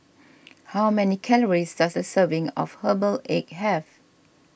how many calories does a serving of Herbal Egg have